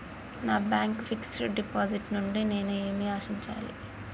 నా bank fixed deposit నుండి నేను ఏమి ఆశించాలి?